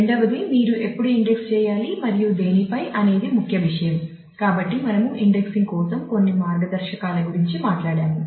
రెండవది మీరు ఎప్పుడు ఇండెక్స్ కోసం కొన్ని మార్గదర్శకాల గురించి మాట్లాడాము